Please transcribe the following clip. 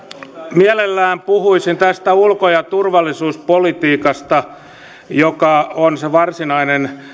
mielellään puhuisin tästä ulko ja turvallisuuspolitiikasta joka on se varsinainen